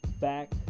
back